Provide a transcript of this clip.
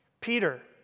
Peter